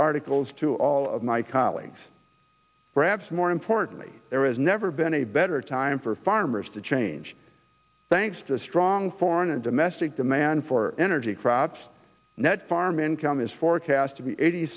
articles to all of my colleagues perhaps more importantly there is never been a better time for farmers to change thanks to strong foreign and domestic demand for energy crops net farm income is forecast to be eighty